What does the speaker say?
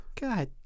God